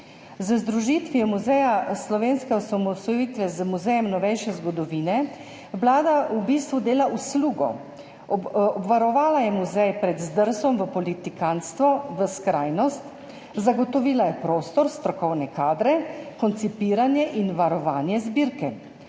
Z združitvijo Muzeja slovenske osamosvojitve z Muzejem novejše zgodovine Vlada v bistvu dela uslugo. Obvarovala je muzej pred zdrsom v politikantstvo, v skrajnost, zagotovila je prostor, strokovne kadre, koncipiranje in varovanje zbirke.